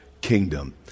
kingdom